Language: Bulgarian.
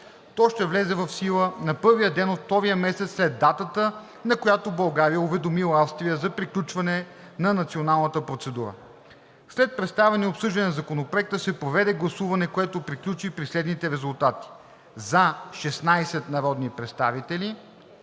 То ще влезе в сила на първия ден от втория месец след датата, на която България е уведомила Австрия за приключване на националната процедура. След представяне и обсъждане на Законопроекта се проведе гласуване, което приключи при следните резултати: за – 16 народни представители,